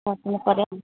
सोच्नुपर्यो